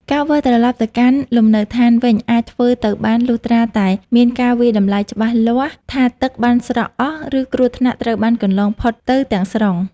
ការវិលត្រឡប់ទៅកាន់លំនៅឋានវិញអាចធ្វើទៅបានលុះត្រាតែមានការវាយតម្លៃច្បាស់លាស់ថាទឹកបានស្រកអស់ ឬគ្រោះថ្នាក់ត្រូវបានកន្លងផុតទៅទាំងស្រុង។